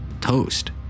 toast